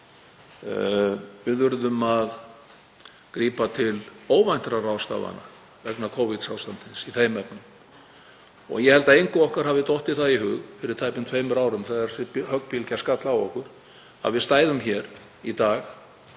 Við urðum að grípa til óvæntra ráðstafana vegna Covid-ástandsins í þeim efnum og ég held að engu okkar hafi dottið það í hug fyrir tæpum tveimur árum þegar þessi höggbylgja skall á okkur að við stæðum hér í dag